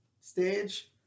stage